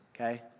okay